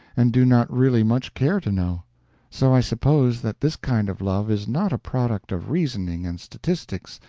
and do not really much care to know so i suppose that this kind of love is not a product of reasoning and statistics,